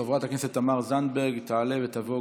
חברת הכנסת תמר זנדברג תעלה ותבוא.